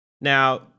Now